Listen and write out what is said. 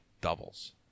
doubles